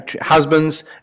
husbands